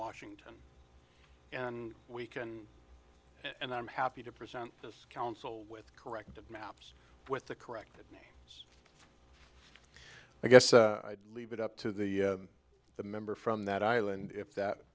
washington and we can and i'm happy to present this council with corrective maps with the correct name i guess i'd leave it up to the the member from that island if that